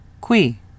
qui